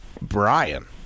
Brian